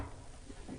התשפ"א.